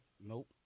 Nope